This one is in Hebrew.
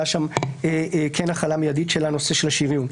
הייתה שם כן החלה מידית של הנושא של השריון,